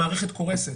המערכת קורסת.